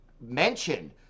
mentioned